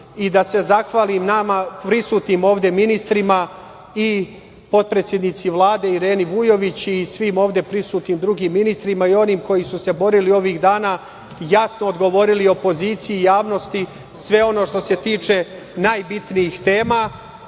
i da se zahvali vama ovde prisutnim ministrima i potpredsednici Vlade Ireni Vujović, svim ovde prisutnim drugim ministrima i onim koji su se borili ovih dana. Jasno odgovorili opozicije i javnosti, sve ono što se tiče najbitnijih tema.